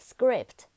Script